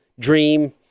Dream